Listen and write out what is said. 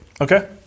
Okay